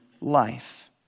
life